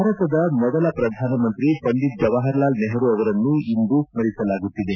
ಭಾರತದ ಮೊದಲ ಪ್ರಧಾನ ಮಂತ್ರಿ ಪಂಡಿತ್ ಜವಾಹರ್ ಲಾಲ್ ನೆಹರೂ ಅವರನ್ನು ಇಂದು ಸ್ಪರಿಸಲಾಗುತ್ತಿದೆ